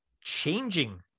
changing